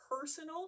personal